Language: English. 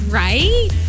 right